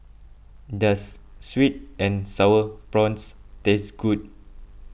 does Sweet and Sour Prawns taste good